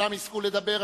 וכולם יזכו לדבר.